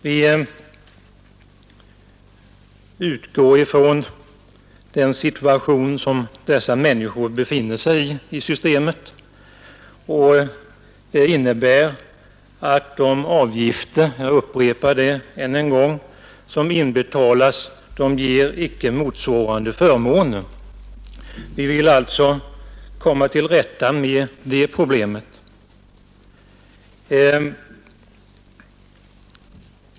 Vi utgår från den situation som dessa människor befinner sig i inom systemet, och som innebär att de avgifter — jag upprepar det än en gång — som inbetalas inte ger motsvarande förmåner. Vi vill komma till rätta med det problemet.